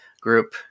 group